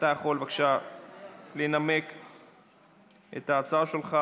אתה יכול בבקשה לנמק את ההצעה שלך